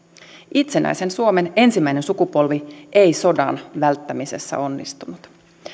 itsenäisen suomen ensimmäinen sukupolvi ei sodan välttämisessä onnistunut